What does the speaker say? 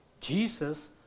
Jesus